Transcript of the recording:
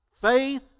faith